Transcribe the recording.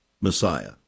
Messiah